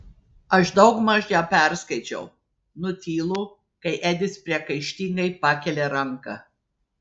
aš daugmaž ją perskaičiau nutylu kai edis priekaištingai pakelia ranką